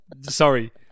sorry